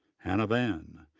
hannah van,